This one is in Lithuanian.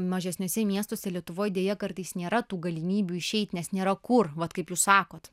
mažesniuose miestuose lietuvoj deja kartais nėra tų galimybių išeiti nes nėra kur vat kaip jūs sakot